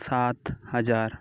ᱥᱟᱛ ᱦᱟᱡᱟᱨ